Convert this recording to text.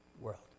world